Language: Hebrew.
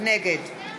נגד